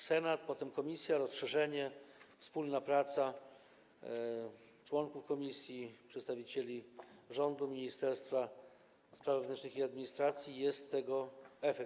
Senat, potem komisja, jej rozszerzenie, wspólna praca członków komisji, przedstawicieli rządu, Ministerstwa Spraw Wewnętrznych i Administracji - jest tego efekt.